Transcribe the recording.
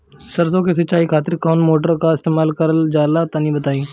सरसो के सिंचाई खातिर कौन मोटर का इस्तेमाल करल जाला तनि बताई?